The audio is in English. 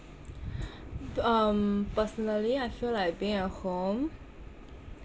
um personally I feel like being at home